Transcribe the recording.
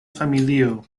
familio